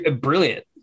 Brilliant